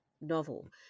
novel